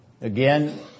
Again